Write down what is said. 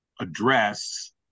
address